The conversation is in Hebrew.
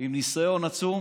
עם ניסיון עצום